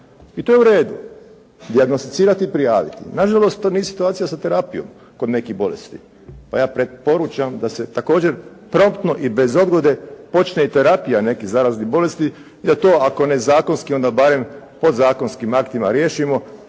I to je u redu. Dijagnosticirati i prijaviti. Nažalost to nije situacija za terapiju kod nekih bolesti pa ja preporučam da se također promptno i bez odgode počne i terapija nekih zaraznih bolesti jer to ako ne zakonski onda barem podzakonskim aktima riješimo